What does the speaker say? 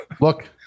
look